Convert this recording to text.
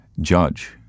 judge